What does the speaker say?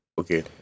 Okay